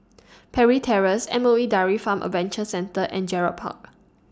Parry Terrace M O E Dairy Farm Adventure Centre and Gerald Park